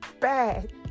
bad